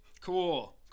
Cool